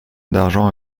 d’argent